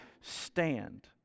stand